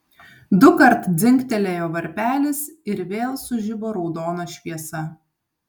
dukart dzingtelėjo varpelis ir vėl sužibo raudona šviesa